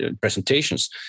presentations